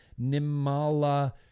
Nimala